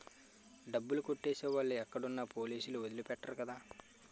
డబ్బులు కొట్టేసే వాళ్ళు ఎక్కడున్నా పోలీసులు వదిలి పెట్టరు కదా